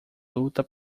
luta